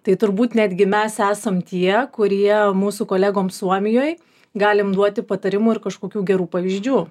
tai turbūt netgi mes esam tie kurie mūsų kolegoms suomijoj galim duoti patarimų ir kažkokių gerų pavyzdžių